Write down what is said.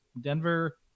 Denver